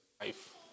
life